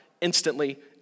instantly